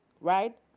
right